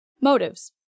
motives